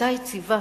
היתה יציבה.